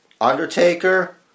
Undertaker